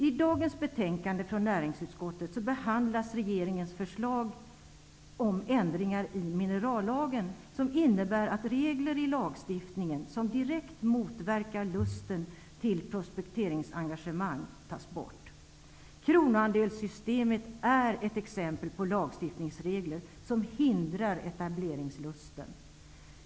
I dagens betänkande från näringsutskottet behandlas regeringens förslag till ändringar i minerallagen. Förslagen innebär att regler i lagstiftningen som direkt motverkar lusten till prospektering tas bort. Kronoandelsinstitutet är ett exempel på lagregler som hindrar etableringslusten.